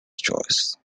choice